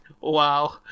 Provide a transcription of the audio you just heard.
Wow